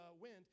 wind